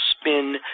spin